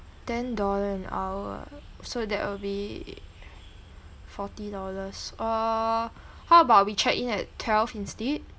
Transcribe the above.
ten dollar an hour so that will be forty dollars or how about we check-in at twelve instead